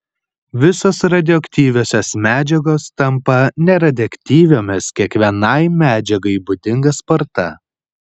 visos radioaktyviosios medžiagos tampa neradioaktyviomis kiekvienai medžiagai būdinga sparta